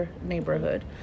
neighborhood